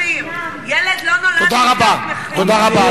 ילד לא, תודה רבה, תודה רבה.